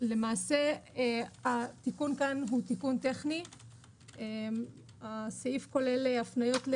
לא תדחה הוועדה המחוזית תכנית מפעל ניקוז אלא מטעמים שמכוחם היא רשאית